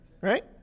right